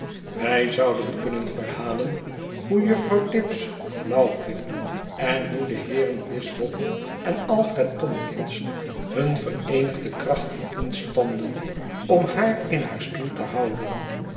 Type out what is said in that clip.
wij zouden kunnen verhalen hoe juffrouw tibbs flauw viel en hoe de heeren wisbottle en alfred tomkins hun vereenigde krachten inspanden om haar in haar stoel te houden